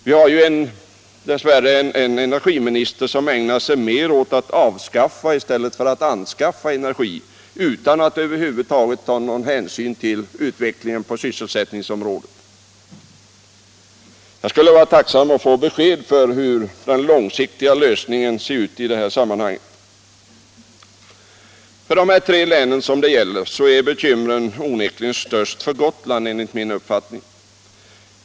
Vi har ju dess värre en energiminister som ägnar sig mer åt att avskaffa än åt att anskaffa energi, utan att ta hänsyn till utvecklingen på sysselsättningsområdet. Jag vore tacksam för besked om hur den långsiktiga lösningen i detta sammanhang ser ut. För de tre länen det här gäller är bekymren enligt min mening onekligen störst för Gotland.